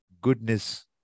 goodness